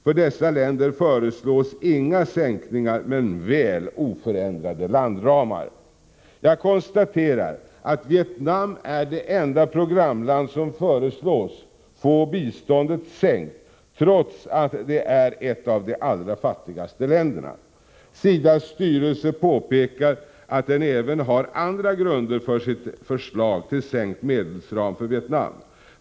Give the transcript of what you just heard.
För dessa länder föreslås inga sänkningar men väl oförändrade landramar. Jag konstaterar att Vietnam är det enda programland som föreslås få biståndet sänkt, trots att det är ett av de allra fattigaste länderna. SIDA:s styrelse påpekar att den även har andra grunder för sitt förslag till sänkt medelsram för Vietnam.